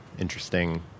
interesting